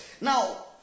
Now